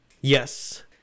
yes